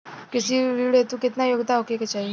कृषि ऋण हेतू केतना योग्यता होखे के चाहीं?